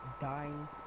dying